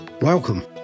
Welcome